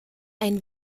ein